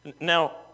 Now